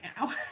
now